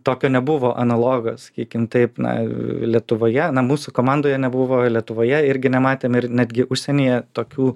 tokio nebuvo analogo sakykim taip na lietuvoje na mūsų komandoje nebuvo lietuvoje irgi nematėme ir netgi užsienyje tokių